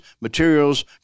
materials